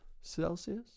celsius